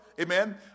Amen